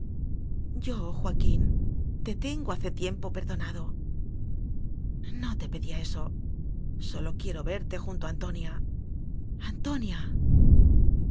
yo joaquín te tengo hace tiempo per donado no te pedía eso sólo quiero verte junto a antonia antonia